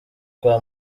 kwa